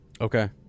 Okay